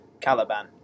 Caliban